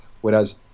whereas